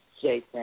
Jason